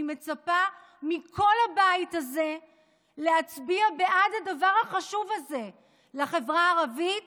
אני מצפה מכל הבית הזה להצביע בעד הדבר החשוב הזה לחברה הערבית,